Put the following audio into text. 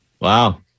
Wow